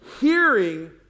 hearing